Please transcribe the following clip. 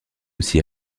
aussi